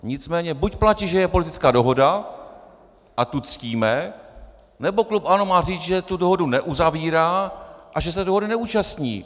Nicméně buď platí, že je politická dohoda a tu ctíme, nebo klub ANO má říci, že tu dohodu neuzavírá a že se dohody neúčastní.